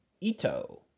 ito